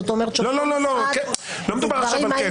זאת אומרת --- לא, לא מדובר עכשיו על כפל.